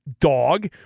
dog